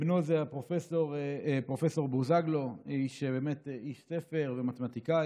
בנו, פרופ' בוזגלו, הוא איש ספר ומתמטיקאי.